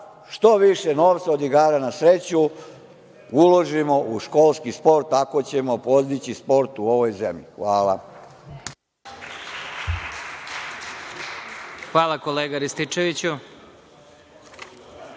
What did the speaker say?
što više novca od igara na sreću uložimo u školski sport, ako ćemo podići sport u ovoj zemlji. Hvala. **Vladimir Marinković**